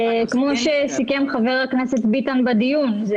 כמו שסיכם חבר הכנסת ביטן בדיון,